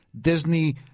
Disney